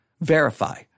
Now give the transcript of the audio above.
verify